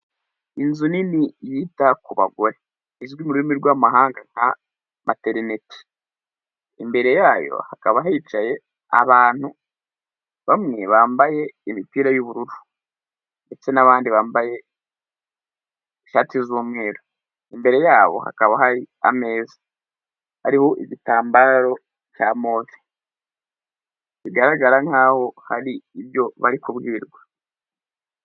Inzu nini yita ku bagore izwi ururimi rwamahanga nka Maternity. Imbere yayo hakaba hicaye abantu bamwe bambaye imipira y'ubururu ndetse n'abandi bambaye ishati z'umweru. Imbere yabo hakaba hari ameza hariho igitambaro cya move bigaragara nk'aho hari ibyo bari kubwirwa.